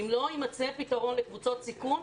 שאם לא יימצא פתרון לקבוצות סיכון,